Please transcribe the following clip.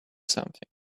something